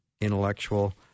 intellectual